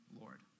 Lord